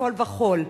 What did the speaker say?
מכול וכול,